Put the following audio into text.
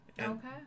Okay